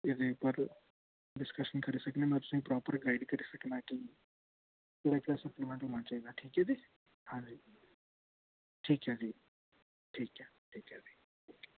एह्दे ई पर डिस्कशन करी सकने मै तुसें प्रॉपर गाइड करी सकनां कि केह्ड़ा केह्ड़ा सप्लीमेंट होना चाहिदा ठीक ऐ जी हां जी ठीक ऐ जी ठीक ऐ ठीक ऐ जी